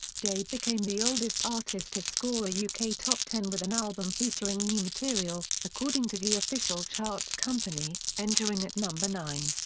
day became the oldest artist to score a yeah uk top ten with an album featuring new material, according to the official charts company, entering at number nine.